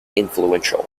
influential